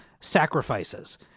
sacrifices